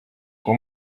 uwo